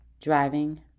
driving